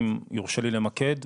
אם יורשה לי למקד,